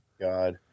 God